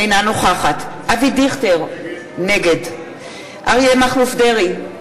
אינה נוכחת אבי דיכטר, נגד אריה מכלוף דרעי,